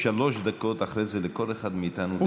יש שלוש דקות אחרי זה לכל אחד מאיתנו.